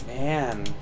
Man